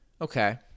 Okay